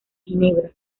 ginebra